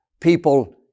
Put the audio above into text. people